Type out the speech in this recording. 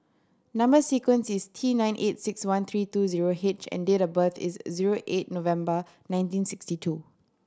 number sequence is T nine eight six one three two zero H and date of birth is zero eight November nineteen sixty two